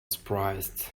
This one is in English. surprised